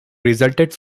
resulted